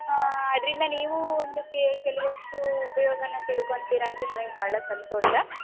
ಅದರಿಂದ ನೀವು ಒಂದು ಕೆಲವಷ್ಟು ಉಪಯೋಗಾನ ತಿಳ್ಕೊಂತೀರಾ ಅಂದರೆ ನನಗೆ ಬಹಳ ಸಂತೋಷ